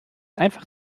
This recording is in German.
einfach